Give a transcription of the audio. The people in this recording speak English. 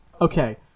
Okay